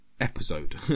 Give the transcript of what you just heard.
episode